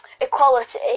equality